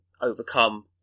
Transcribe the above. overcome